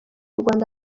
rwanda